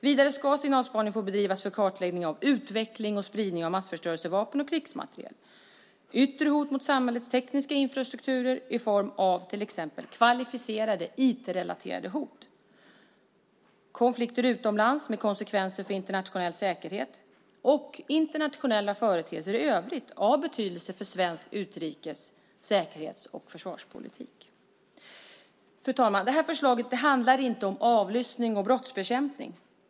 Vidare ska signalspaning få bedrivas för kartläggning av utveckling och spridning av massförstörelsevapen och krigsmateriel, yttre hot mot samhällets tekniska infrastrukturer i form av till exempel kvalificerade IT-relaterade hot, konflikter utomlands med konsekvenser för internationell säkerhet och internationella företeelser i övrigt av betydelse för svensk utrikes-, säkerhets och försvarspolitik. Fru talman! Förslaget handlar inte om avlyssning och brottsbekämpning.